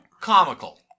comical